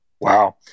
Wow